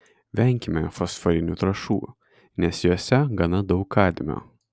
venkime fosforinių trąšų nes jose gana daug kadmio